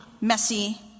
messy